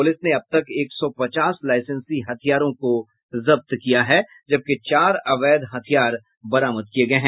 police ने अब तक एक सौ पचास लाईसेंसी हथियार को जब्त कर लिया है जबकि चार अवैध हथियार बरामद किये गये हैं